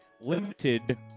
Limited